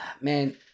man